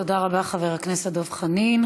תודה רבה, חבר הכנסת דב חנין.